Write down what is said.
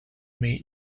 made